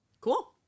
Cool